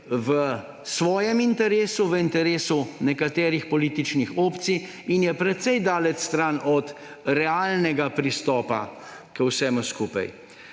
v svojem interesu, v interesu nekaterih političnih opcij in je precej daleč stran od realnega pristopa k vsemu skupaj.